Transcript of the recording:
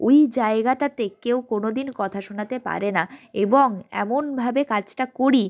ওই জায়গাটাতে কেউ কোনো দিন কথা শোনাতে পারে না এবং এমনভাবে কাজটা করি